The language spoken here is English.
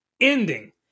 ending